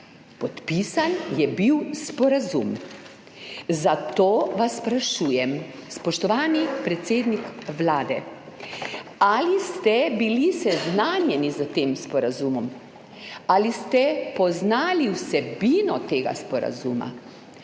Podpisan je bil sporazum. Zato vas sprašujem, spoštovani predsednik Vlade: Ali ste bili seznanjeni s sporazumom med Vlado in Fidesom? Ali ste poznali vsebino tega sporazuma?